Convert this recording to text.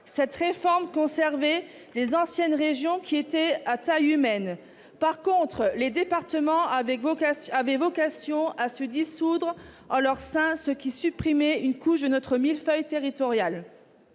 Celle-ci conservait les anciennes régions, qui étaient à taille humaine. En revanche, les départements avaient vocation à se dissoudre en leur sein, ce qui supprimait une couche du millefeuille précité.